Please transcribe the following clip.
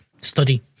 study